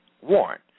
warned